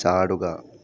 ചാടുക